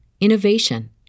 innovation